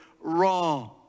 wrong